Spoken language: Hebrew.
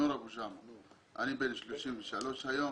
אני בן 33 היום,